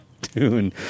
tune